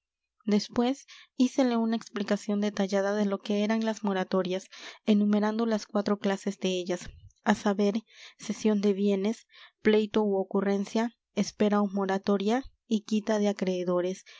después hícele una explicación detallada de lo que eran las moratorias enumerando las cuatro clases de ellas a saber cesión de bienes pleito u ocurrencia espera o moratoria y quita de acreedores